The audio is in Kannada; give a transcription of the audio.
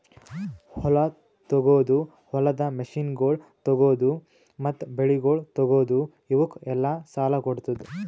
ಹೊಲ ತೊಗೋದು, ಹೊಲದ ಮಷೀನಗೊಳ್ ತೊಗೋದು, ಮತ್ತ ಬೆಳಿಗೊಳ್ ತೊಗೋದು, ಇವುಕ್ ಎಲ್ಲಾ ಸಾಲ ಕೊಡ್ತುದ್